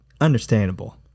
understandable